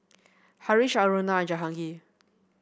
Haresh Aruna Jahangir